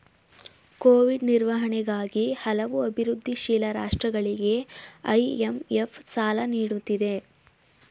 Covid ನಿರ್ವಹಣೆಗಾಗಿ ಹಲವು ಅಭಿವೃದ್ಧಿಶೀಲ ರಾಷ್ಟ್ರಗಳಿಗೆ ಐ.ಎಂ.ಎಫ್ ಸಾಲ ನೀಡುತ್ತಿದೆ